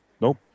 Nope